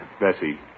Bessie